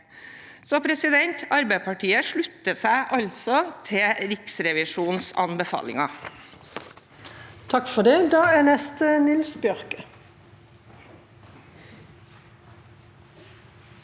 vise dette. Arbeiderpartiet slutter seg altså til Riksrevisjonens anbefalinger.